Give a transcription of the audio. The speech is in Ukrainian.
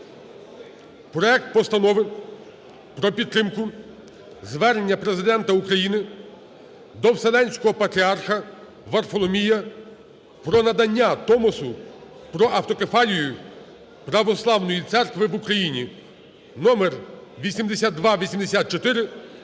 проект Постанови про підтримку звернення Президента України до Вселенського Патріарха Варфоломія про надання Томосу про автокефалію Православної Церкви в Україні (№ 8284)